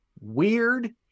weird